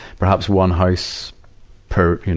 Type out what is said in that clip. perhaps one house per,